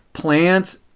plants,